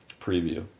preview